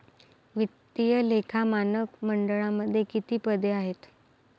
वित्तीय लेखा मानक मंडळामध्ये किती पदे आहेत?